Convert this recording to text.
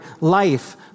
life